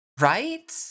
Right